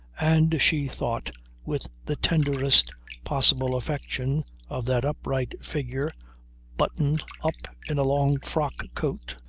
and she thought with the tenderest possible affection of that upright figure buttoned up in a long frock-coat,